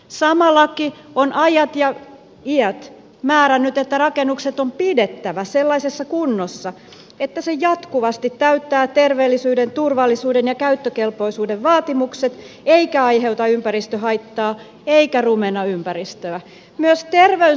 sama laki on ajat ja iät määrännyt että rakennukset on pidettävä sellaisessa kunnossa että ne jatkuvasti täyttävät terveellisyyden turvallisuuden ja käyttökelpoisuuden vaatimukset eivätkä aiheuta ympäristöhaittaa eivätkä rumenna ympäristöä